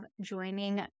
joining